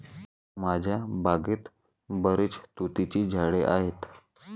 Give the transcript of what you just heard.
माझ्या बागेत बरीच तुतीची झाडे आहेत